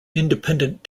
independent